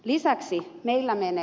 lisäksi meillä menee